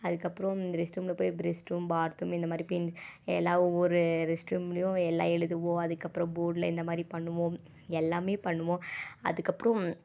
அதுக்கப்புறோம் ரெஸ்ட் ரூமில் போய் ரெஸ்ட் ரூமில் பாத்ரூம் இந்தமாதிரி பே எல்லா ஒவ்வொரு ரெஸ்ட் ரூம்லேயும் எல்லா எழுதுவோம் அதுக்கப்புறோம் போர்ட்டில் இந்தமாதிரி பண்ணுவோம் எல்லாமே பண்ணுவோம் அதுக்கப்புறோம்